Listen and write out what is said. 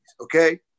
okay